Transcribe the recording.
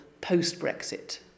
post-Brexit